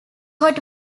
hot